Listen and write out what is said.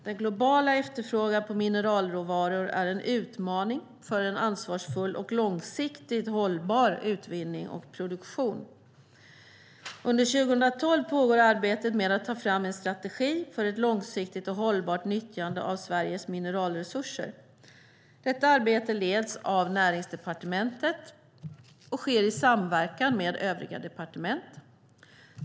Den globala efterfrågan på mineralråvaror är en utmaning för en ansvarsfull och långsiktigt hållbar utvinning och produktion. Under 2012 pågår arbetet med att ta fram en strategi för ett långsiktigt och hållbart nyttjande av Sveriges mineralresurser. Detta arbete leds av Näringsdepartementet och sker i samverkan med övriga departement.